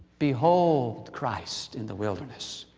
behold christ in the wilderness,